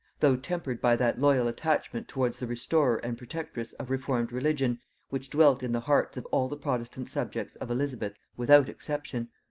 though tempered by that loyal attachment towards the restorer and protectress of reformed religion which dwelt in the hearts of all the protestant subjects of elizabeth without exception.